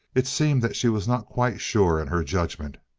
it seemed that she was not quite sure in her judgment.